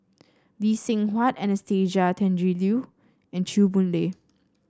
Lee Seng Huat Anastasia Tjendri Liew and Chew Boon Lay